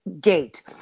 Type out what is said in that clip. gate